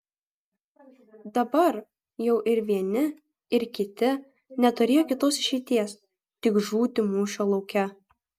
dabar jau ir vieni ir kiti neturėjo kitos išeities tik žūti mūšio lauke